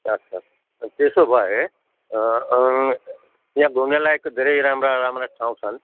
अच्छा त्यसो भए यहाँ घुम्ने लायकको धेरै राम्रा राम्रा ठाउँ छन्